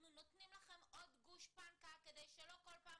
אנחנו נותנים לכם עוד גושפנקה כדי שלא כל פעם